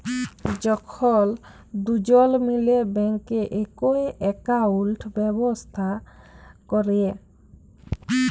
যখল দুজল মিলে ব্যাংকে একই একাউল্ট ব্যবস্থা ক্যরে